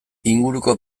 inguruko